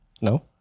No